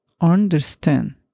understand